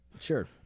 Sure